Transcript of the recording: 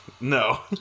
No